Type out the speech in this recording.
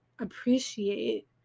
appreciate